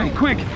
and quick.